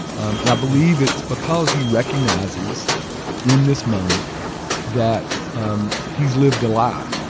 um and i believe it's because he recognizes in this moment that um he's lived a lie.